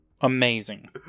Amazing